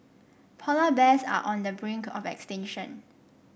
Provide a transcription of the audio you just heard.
polar bears are on the brink of extinction